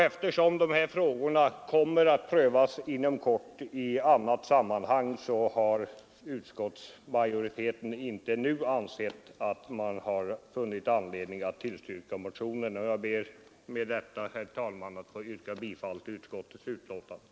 Eftersom dessa frågor kommer att prövas inom kort i annat sammanhang har utskottsmajoriteten inte nu funnit anledning att tillstyrka motionen, Jag ber med detta, herr talman, att få yrka bifall till utskottets hemställan.